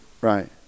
right